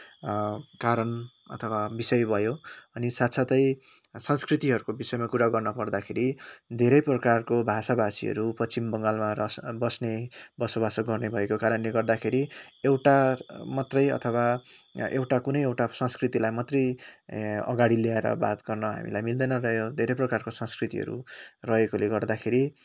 कारण अथवा विषय भयो अनि साथसाथै संस्कृतिहरूको विषयमा कुरा गर्न पर्दाखेरि धेरै प्रकारको भाषा भाषीहरू पश्चिम बङ्गालमा रस बस्ने बसोबासो गर्नेभएको कारणले गर्दाखेरि एउटा मात्रै अथवा एउटा कुनै एउटा संस्कृतिलाई मात्रै अगाडि ल्याएर बात गर्न हामीलाई मिल्दैन त हो धेरै प्रकारको संस्कृतिहरू रहेकोले गर्दाखेरि